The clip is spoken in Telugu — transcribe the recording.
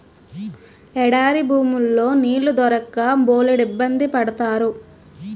ఎడారి భూముల్లో నీళ్లు దొరక్క బోలెడిబ్బంది పడతారు